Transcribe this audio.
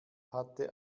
hatte